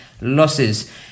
losses